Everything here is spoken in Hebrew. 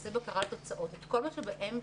את כל מה שבאמצע,